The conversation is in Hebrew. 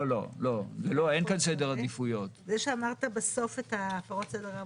זה שאמרת בסוף את הפרות הסדר,